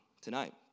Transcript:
tonight